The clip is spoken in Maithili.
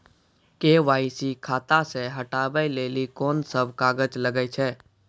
के.वाई.सी खाता से हटाबै लेली कोंन सब कागज लगे छै?